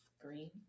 Green